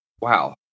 wow